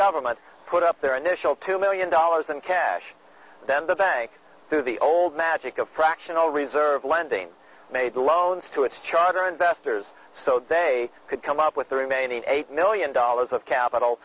government put up their initial two million dollars in cash then the bank through the old magic of fractional reserve lending made loans to its charter investors so they could come up with the remaining eight million dollars of capital